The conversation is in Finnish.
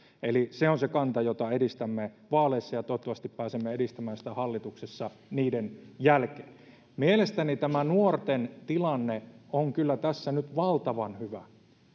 eli se on se kanta jota edistämme vaaleissa ja toivottavasti pääsemme edistämään sitä hallituksessa niiden jälkeen mielestäni tämä nuorten tilanne on kyllä tässä nyt valtavan hyvä